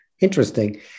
interesting